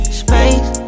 space